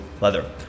leather